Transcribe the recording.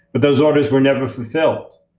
but those orders were never fulfilled.